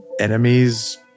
enemies